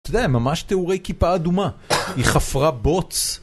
זה ממש תיאורי כיפה אדומה, היא חפרה בוץ